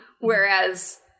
whereas